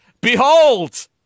behold